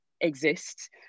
exist